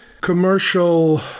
commercial